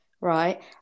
right